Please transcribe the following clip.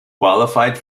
qualified